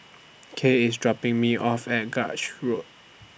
Kay IS dropping Me off At Grange Road